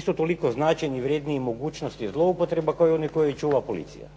isto toliko značajni, vredniji mogućnosti zloupotreba kao i one koje čuva policija.